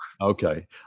Okay